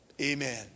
Amen